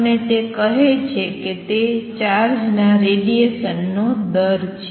અને તે કહે છે કે તે ચાર્જ ના રેડીએશન નો દર છે